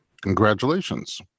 Congratulations